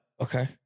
okay